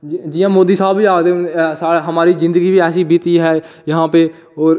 जियां मोदी साह्ब आक्खदे कि हमारी जिंदगी ऐसी बीती ऐ आक्खदे ते